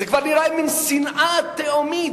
זה כבר נראה מין שנאה תהומית,